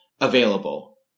available